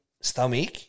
stomach